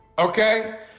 Okay